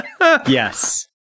Yes